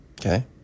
okay